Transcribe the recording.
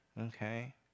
Okay